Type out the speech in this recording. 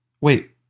Wait